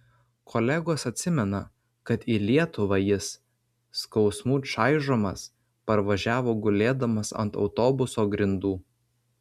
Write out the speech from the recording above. kolegos atsimena kad į lietuvą jis skausmų čaižomas parvažiavo gulėdamas ant autobuso grindų